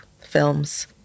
films